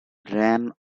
ran